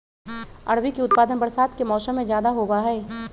अरबी के उत्पादन बरसात के मौसम में ज्यादा होबा हई